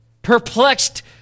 perplexed